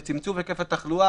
לצמצום הקף התחלואה,